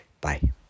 Bye